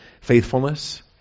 faithfulness